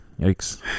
Yikes